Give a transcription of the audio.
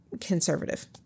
conservative